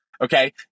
Okay